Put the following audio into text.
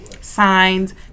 Signed